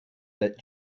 that